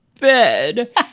bed